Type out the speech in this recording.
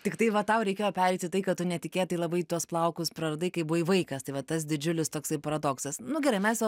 tiktai va tau reikėjo apeiti tai kad tu netikėtai labai tuos plaukus praradai kai buvai vaikas tai va tas didžiulis toksai paradoksas nu gerai mes jau